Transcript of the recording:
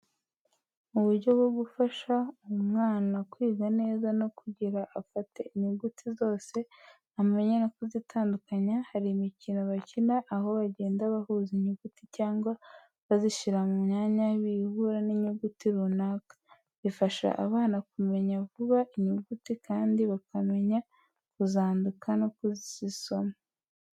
Mu buryo bwo gufasha uh mwana kwiga neza no kugirango afate inyuguti zose amenye no kuzitandukanya, hari imikino bakina aho bagenda bahuza inyuguti cyangwa bazishyira mu mwanya bihura n'inyuguti runaka. Bifasha abana kumenya vhba inhhguti kandi bakamenya kuzanduka no kuzisoma.